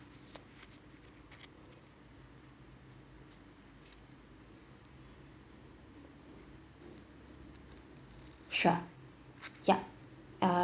sure yup uh